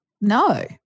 no